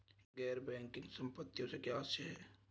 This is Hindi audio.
गैर बैंकिंग संपत्तियों से क्या आशय है?